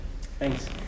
thanks